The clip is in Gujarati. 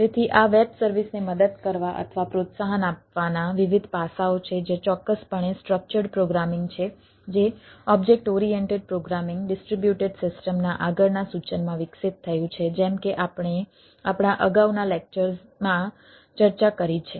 તેથી આ વેબ સર્વિસને મદદ કરવા અથવા પ્રોત્સાહન આપવાના વિવિધ પાસાઓ છે જે ચોક્કસપણે સ્ટ્રક્ચર્ડ પ્રોગ્રામિંગ ના આગળના સૂચનમાં વિકસિત થયું છે જેમ કે આપણે આપણા અગાઉના લેક્ચરમાં ચર્ચા કરી છે